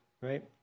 right